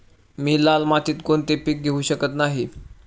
मी लाल मातीत कोणते पीक घेवू शकत नाही?